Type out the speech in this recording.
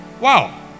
Wow